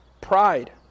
pride